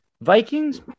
Vikings